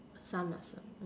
some lah some